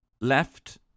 left